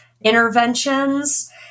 interventions